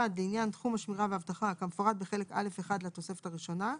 (1) לעניין תחום השמירה והאבטחה כמפורט בחלק א'1 לתוספת הראשונה,